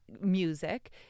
music